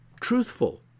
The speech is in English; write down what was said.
truthful